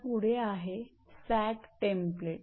आता पुढे आहे सॅग टेम्प्लेट